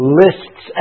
lists